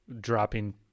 dropping